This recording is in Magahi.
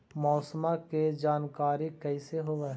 मौसमा के जानकारी कैसे होब है?